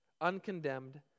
uncondemned